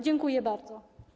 Dziękuję bardzo.